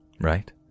right